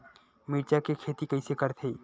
मिरचा के खेती कइसे करथे?